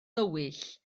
dywyll